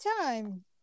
time